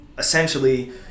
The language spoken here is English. Essentially